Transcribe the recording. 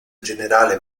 generale